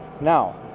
Now